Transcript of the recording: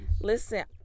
Listen